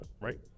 right